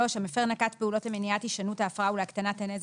המפר נקט פעולות למניעת הישנות ההפרה ולהקטנת הנזק,